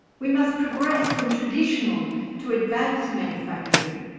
we must progress from traditional to advanced manufacturing.